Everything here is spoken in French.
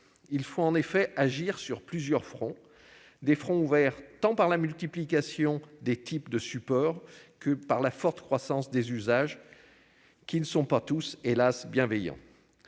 Il faut en effet agir sur plusieurs fronts, qui sont ouverts tant par la multiplication des types de supports que par la forte croissance des usages, qui ne sont pas tous bienveillants,